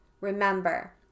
remember